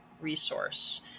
resource